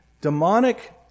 demonic